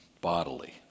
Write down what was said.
bodily